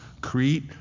Crete